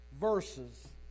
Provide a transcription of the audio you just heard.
verses